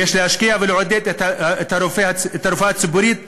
ויש להשקיע ולעודד את הרפואה הציבורית,